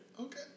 Okay